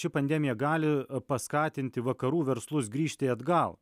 ši pandemija gali paskatinti vakarų verslus grįžti atgal